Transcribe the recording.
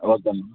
okay ma'am